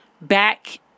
back